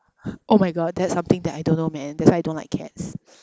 oh my god that's something that I don't know man that's why I don't like cats